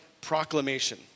proclamation